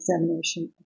examination